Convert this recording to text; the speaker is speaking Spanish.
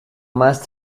más